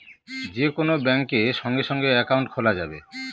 যে কোন ব্যাঙ্কে সঙ্গে সঙ্গে একাউন্ট খোলা যাবে